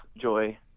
joy